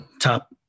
top